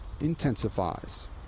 intensifies